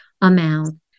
amount